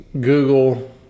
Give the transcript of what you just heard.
Google